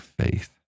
faith